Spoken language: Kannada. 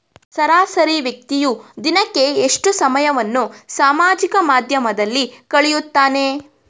ಸರಾಸರಿ ವ್ಯಕ್ತಿಯು ದಿನಕ್ಕೆ ಎಷ್ಟು ಸಮಯವನ್ನು ಸಾಮಾಜಿಕ ಮಾಧ್ಯಮದಲ್ಲಿ ಕಳೆಯುತ್ತಾನೆ?